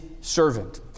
servant